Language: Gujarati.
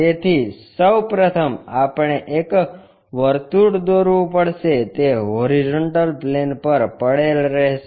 તેથી સૌ પ્રથમ આપણે એક વર્તુળ દોરવું પડશે તે હોરિઝોન્ટલ પ્લેન પર પડેલ રહેશે